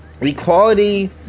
Equality